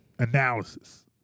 analysis